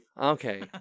Okay